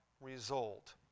result